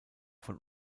von